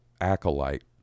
acolyte